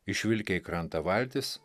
išvilkę į krantą valtis